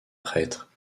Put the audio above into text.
prêtre